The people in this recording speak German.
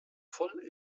voll